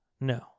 No